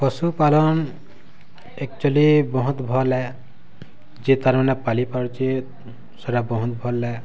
ପଶୁପାଳନ୍ actually ବହୁତ୍ ଭଲ୍ ଆଏ ଯିଏ ତାର୍ ମାନେ ପାଳିପାରୁଛେ ସେଇଟା ବହୁତ୍ ଭଲ୍ ଏ